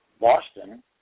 Boston